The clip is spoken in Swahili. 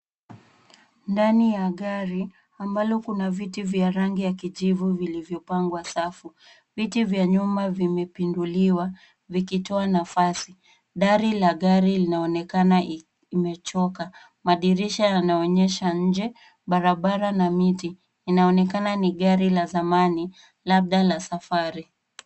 Ndani ya gari, ambalo kuna viti vya rangi ya kijivu vilivyopangwa safu. Viti vya nyuma vimepinduliwa vikitoa nafasi. Dari la gari linaonekana imechoka. Madirisha yanaonyesha nje barabara na miti. Inaonekana ni gari la zamani labda la safari.